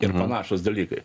ir panašūs dalykai